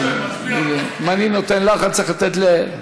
אז אם אני נותן לךְ אני צריך לתת גם,